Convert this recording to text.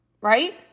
right